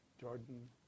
Jordan